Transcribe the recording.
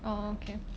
oh okay